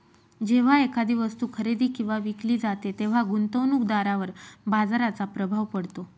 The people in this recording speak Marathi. जेव्हा एखादी वस्तू खरेदी किंवा विकली जाते तेव्हा गुंतवणूकदारावर बाजाराचा प्रभाव पडतो